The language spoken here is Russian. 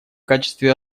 качестве